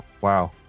Wow